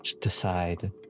decide